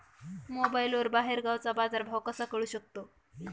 मोबाईलवर बाहेरगावचा बाजारभाव कसा कळू शकतो?